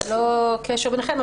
ללא קשר ביניכם,